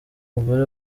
mugore